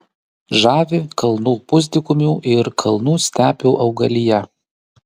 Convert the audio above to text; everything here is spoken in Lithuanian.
žavi kalnų pusdykumių ir kalnų stepių augalija